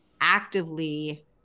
actively